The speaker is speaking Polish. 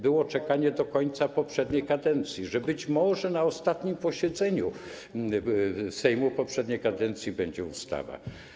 Było czekanie do końca poprzedniej kadencji, że być może na ostatnim posiedzeniu Sejmu poprzedniej kadencji będzie ustawa.